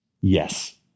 Yes